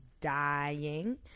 dying